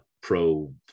pro